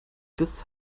das